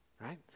Right